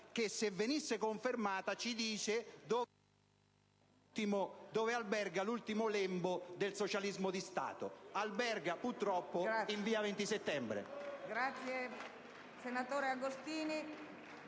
che, se venisse confermata, ci direbbe dove alberga l'ultimo lembo del socialismo di Stato: alberga, purtroppo, in via XX Settembre.